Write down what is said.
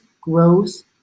grows